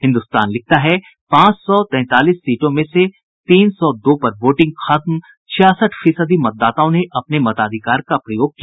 हिन्दुस्तान लिखता है पांच सौ तैंतालीस सीटों में से तीन सौ दो पर वोटिंग खत्म छियासठ फीसदी मतदाताओं ने अपने मताधिकार का प्रयोग किया